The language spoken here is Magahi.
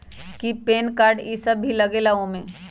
कि पैन कार्ड इ सब भी लगेगा वो में?